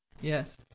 Yes